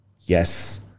yes